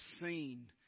seen